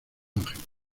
ángeles